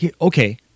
okay